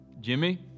Jimmy